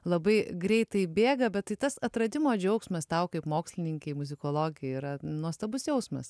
labai greitai bėga bet tai tas atradimo džiaugsmas tau kaip mokslininkei muzikologei yra nuostabus jausmas